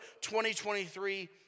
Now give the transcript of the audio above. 2023